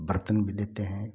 बर्तन भी देते हैं